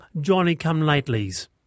Johnny-come-latelys